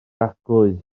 arglwydd